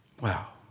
Wow